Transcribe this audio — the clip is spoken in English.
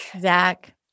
Zach